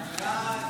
(תיקון, חובת